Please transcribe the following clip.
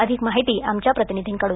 अधिक माहिती आमच्या प्रतिनिधीकडून